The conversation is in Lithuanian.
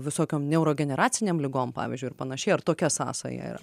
visokiom neurogeneracinėm ligoms pavyzdžiui ir panašiai ar tokia sąsaja yra